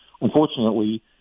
Unfortunately